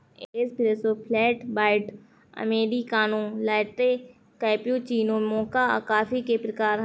espresso, flat white, americano, latte, cappuccino, mocha coffee के प्रकार हैं